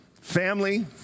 family